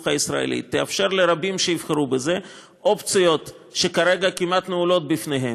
הישראלית תאפשר לרבים שיבחרו בזה אופציות שכרגע כמעט נעולות בפניהם,